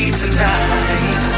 tonight